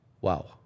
Wow